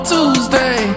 Tuesday